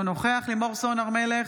אינו נוכח לימור סון הר מלך,